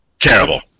Terrible